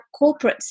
corporates